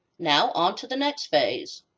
now, onto the next phase.